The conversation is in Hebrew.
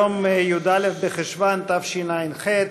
היום י"א בחשוון התשע"ח,